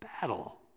battle